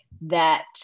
that-